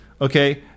Okay